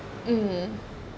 mm